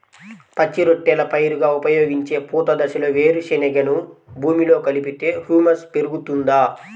పచ్చి రొట్టెల పైరుగా ఉపయోగించే పూత దశలో వేరుశెనగను భూమిలో కలిపితే హ్యూమస్ పెరుగుతుందా?